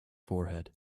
forehead